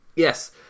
Yes